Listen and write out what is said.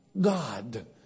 God